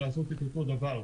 לעשות אותו דבר.